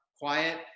quiet